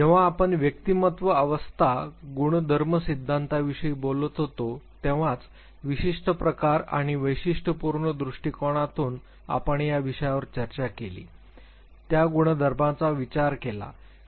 जेव्हा आपण व्यक्तिमत्व अवस्था गुणधर्म सिद्धांताविषयी बोलत होतो तेव्हाच विशिष्ट प्रकार आणि वैशिष्ट्यपूर्ण दृष्टिकोनातून आपण ज्या विषयावर चर्चा केली त्या गुणधर्माचा विचार केला जातो